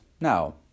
Now